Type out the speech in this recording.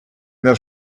their